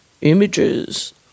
images